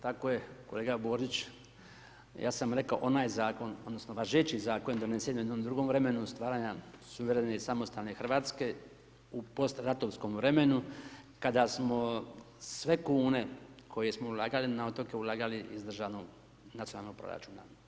Tako je kolega Borić, ja sam rekao onaj Zakon, odnosno važeći Zakon je donesen u jednom drugom vremenu stvaranja suvremene samostalne Hrvatske u postratovskom vremenu, kada smo sve kune koje smo ulagali na otoke, ulagali iz državnog, nacionalnog proračuna.